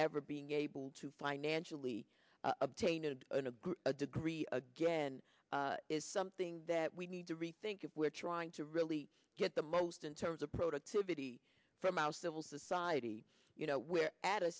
ever being able to financially obtain it in a good degree again is something that we need to rethink if we're trying to really get the most in terms of productivity from our civil society you know we're at a